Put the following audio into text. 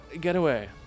getaway